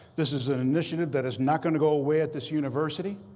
this is an initiative that is not going to go away at this university.